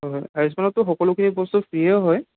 হয় হয় আয়ুস্মানতটো সকলোখিনি বস্তু ফ্ৰিয়ে হয়